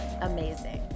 amazing